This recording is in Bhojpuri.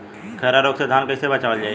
खैरा रोग से धान कईसे बचावल जाई?